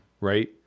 right